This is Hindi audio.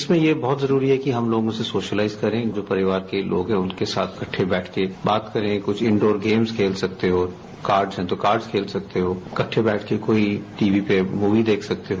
इसमें यह बहुत जरूरी है कि हम लोग इसे सोशलाइज करें जो परिवार के लोग हैं उनके साथ इक्टे बैठके बात करें कुछ इंडोर गेम्स खेल सकते हो कार्डस हैं तो कार्ड खेल सकते हो इकट्ठे बैठकर टीवी पर मूवी देख सकते हो